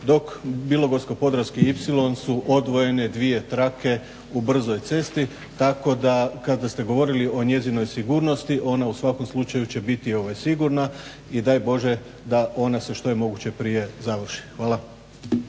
Dok bilogorsko-podravski ipsilon su odvojene dvije trake u brzoj cesti tako da kada ste govorili o njezinoj sigurnosti ona u svakom slučaju će biti sigurna i daj Bože da ona se što je moguće prije završi. Hvala.